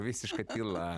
visiška tyla